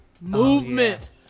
Movement